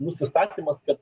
nusistatymas kad